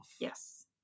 Yes